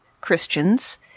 Christians